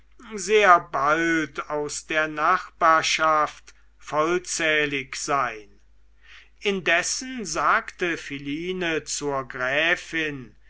sehr bald aus der nachbarschaft vollzählig sein indessen sagte philine zur gräfin